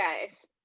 guys